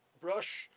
brush